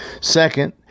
Second